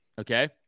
Okay